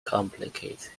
complicated